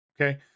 Okay